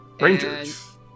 Rangers